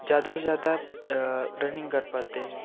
ज्यादा से ज्यादा रनिंग कर पाते हैं